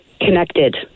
connected